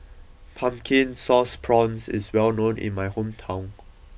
Pumpkin Sauce Prawns is well known in my hometown